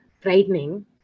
frightening